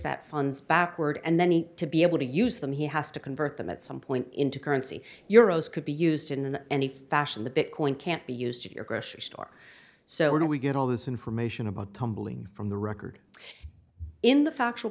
that funds backward and then he to be able to use them he has to convert them at some point into currency uro's could be used in any fashion the bitcoin can't be used to your precious star so we get all this information about tumbling from the record in the factual